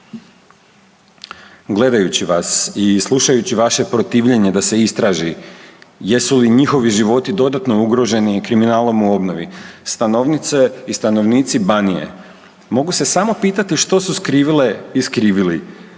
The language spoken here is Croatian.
Gledajući vas i slušajući vaše protivljenje da se istraži jesu li njihovi životi dodatno ugroženi kriminalom u obnovi stanovnice i stanovnici Banije mogu se samo pitati što su skrivile i skrivili